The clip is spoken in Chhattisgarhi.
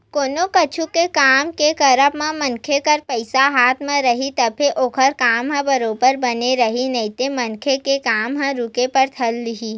कोनो कुछु के काम के करब म मनखे करा पइसा हाथ म रइही तभे ओखर काम ह बरोबर बने रइही नइते मनखे के काम ह रुके बर धर लिही